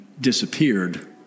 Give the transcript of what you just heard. disappeared